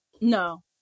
No